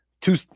two